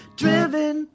driven